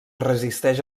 resisteix